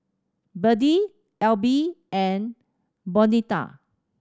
Birtie Elby and Bonita